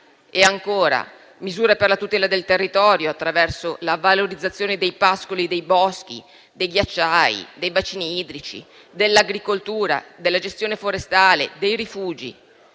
e ancora, misure per la tutela del territorio attraverso la valorizzazione dei pascoli e dei boschi, dei ghiacciai, dei bacini idrici, dell'agricoltura, della gestione forestale e dei rifugi;